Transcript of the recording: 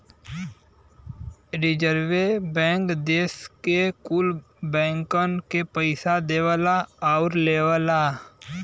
रीजर्वे Bank देस के कुल बैंकन के पइसा देवला आउर लेवला